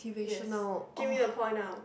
yes give me a point now